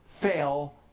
fail